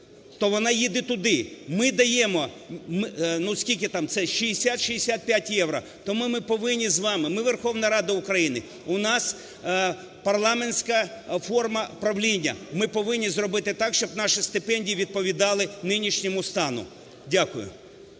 то вона їде туди, ми даємо… ну, скільки там, це 60-65 євро. Тому ми повинні з вами, ми, Верховна Рада України, у нас парламентська форма правління, ми повинні зробити так, щоб наші стипендії відповідали нинішньому стану. Дякую.